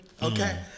Okay